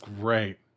great